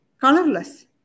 colorless